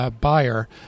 buyer